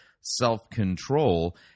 self-control